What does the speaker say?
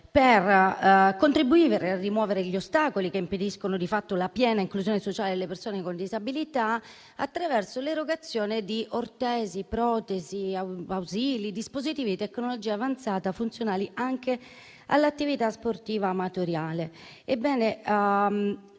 per contribuire a rimuovere gli ostacoli che impediscono di fatto la piena inclusione sociale delle persone con disabilità, attraverso l'erogazione di ortesi, protesi, ausili e dispositivi di tecnologia avanzata, funzionali anche all'attività sportiva amatoriale.